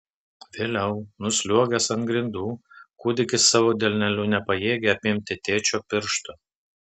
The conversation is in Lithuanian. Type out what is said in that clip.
vėliau nusliuogęs ant grindų kūdikis savo delneliu nepajėgė apimti tėčio piršto